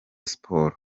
sports